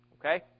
Okay